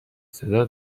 صدا